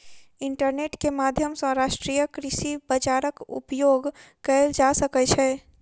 internet के माध्यम सॅ राष्ट्रीय कृषि बजारक उपयोग कएल जा सकै छै